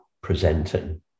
presenting